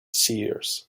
seers